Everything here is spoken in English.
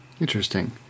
interesting